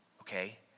okay